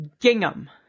Gingham